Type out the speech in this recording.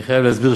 אני חייב להסביר,